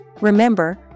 Remember